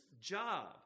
job